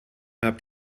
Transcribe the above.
habt